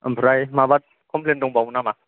आमफ्राय माबा कमप्लेइन दंबावो नामा